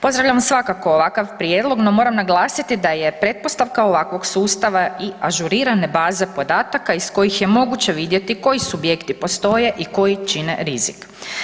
Pozdravljam svakako ovakav prijedlog no moram naglasiti da je pretpostavka ovakvog sustava i ažurirane baze podataka iz kojih je moguće vidjeti koji subjekti postoje i koji čine rizik.